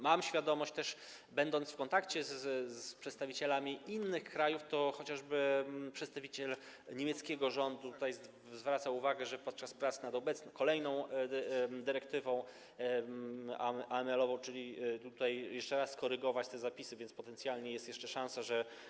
Mam świadomość też, będąc w kontakcie z przedstawicielami innych krajów - chociażby przedstawiciel niemieckiego rządu zwraca na to uwagę - że podczas prac nad kolejną dyrektywą AML-ową tutaj jeszcze raz można skorygować te zapisy, więc potencjalnie jest jeszcze szansa, że.